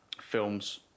films